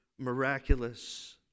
miraculous